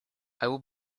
will